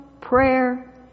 prayer